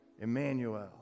Emmanuel